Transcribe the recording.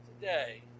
today